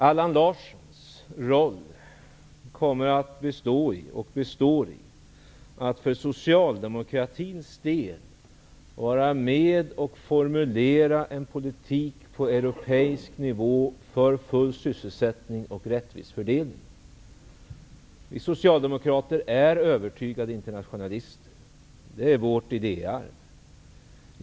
Allan Larssons roll består i och kommer att bestå i att för socialdemokratins del vara med och formulera en politik på europeisk nivå för full sysselsättning och rättvis fördelning. Vi socialdemokrater är övertygade internationalister. Det är vårt idéarv.